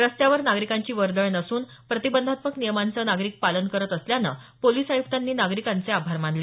रस्त्यावर नागरीकांची वर्दळ नसून प्रतिबंधात्मक नियमांचं नागरिक पालन करत असल्यानं पोलिस आय्क्तांनी नागरिकांचे आभार मानले